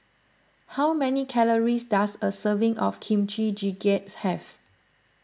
how many calories does a serving of Kimchi Jjigae have